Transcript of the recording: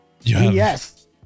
Yes